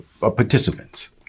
participants